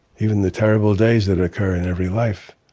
even the terrible days that occur in every life